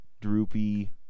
droopy